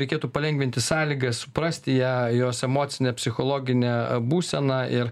reikėtų palengvinti sąlygas suprasti ją jos emocinę psichologinę būseną ir